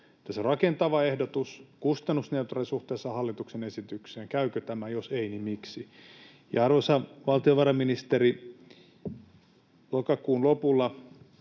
Ja se rakentava ehdotus, kustannusneutraali suhteessa hallituksen esitykseen, käykö tämä? Jos ei, niin miksi? Ja arvoisa valtiovarainministeri, lokakuun lopulla